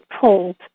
pulled